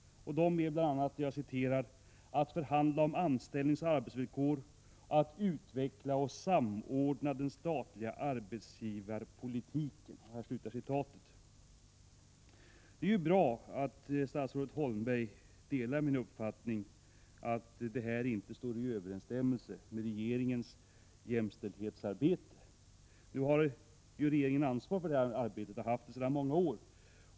De är bl.a. ”att förhandla om anställningsoch arbetsvillkor och att utveckla och samordna den statliga arbetsgivarpolitiken”. Det är bra att statsrådet Holmberg delar min uppfattning att sammansättningen av vissa verksledningar inte stämmer med regeringens jämställdhetsarbete. Men nu har regeringen ett ansvar för det arbetet och har haft det sedan många år.